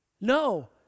No